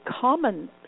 common